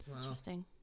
Interesting